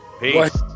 Peace